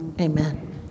Amen